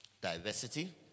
Diversity